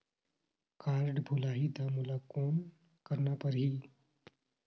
Card भुलाही ता मोला कौन करना परही?